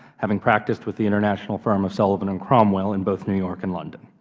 having practiced with the international firm of sullivan and cromwell in both new york and london.